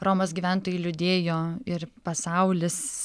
romos gyventojai liūdėjo ir pasaulis